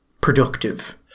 productive